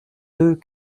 deux